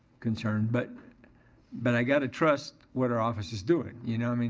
concerned but but i gotta trust what our office is doing. you know? i mean